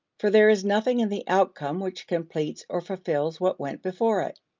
for there is nothing in the outcome which completes or fulfills what went before it.